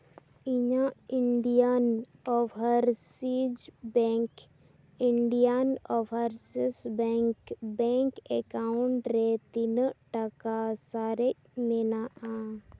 ᱤᱧᱟᱹᱜ ᱤᱱᱰᱤᱭᱟᱱ ᱚᱵᱷᱟᱨᱥᱤᱞᱡᱽ bank Indian overseas bank bank account ᱨᱮ ᱛᱤᱱᱟᱹᱜ ᱴᱟᱠᱟ ᱥᱟᱨᱮᱡ ᱢᱮᱱᱟᱜᱼᱟ